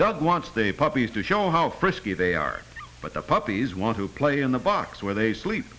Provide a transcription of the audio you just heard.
dog wants they puppies to show how frisky they are but the puppies want to play in the box where they sleep